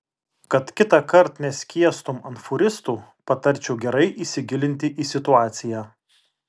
kad kitąkart neskiestum ant fūristų patarčiau gerai įsigilinti į situaciją